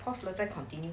pause 了再 continue